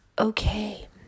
Okay